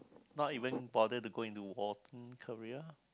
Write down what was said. not even bothered to go into war career